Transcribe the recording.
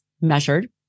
measured